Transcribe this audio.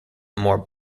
more